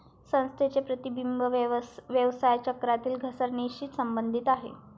संस्थांचे प्रतिबिंब व्यवसाय चक्रातील घसरणीशी संबंधित आहे